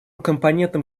компонентом